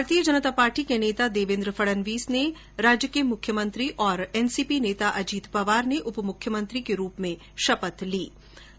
भारतीय जनता पार्टी के नेता देवेन्द्र फडनवीस ने राज्य के मुख्यमंत्री और एनसीपी नेता अजीत पंवार ने उप मुख्यमंत्री के रूप में शपथ ग्रहण की